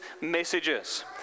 messages